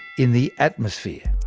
in the atmosphere.